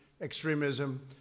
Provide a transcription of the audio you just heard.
extremism